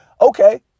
Okay